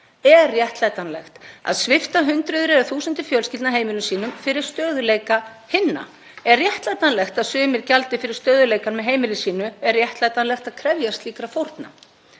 Er réttlætanlegt að svipta hundruð eða þúsundir fjölskyldna heimilum sínum fyrir stöðugleika hinna? Er réttlætanlegt að sumir gjaldi fyrir stöðugleikann með heimili sínu? Er réttlætanlegt að krefjast slíkra fórna?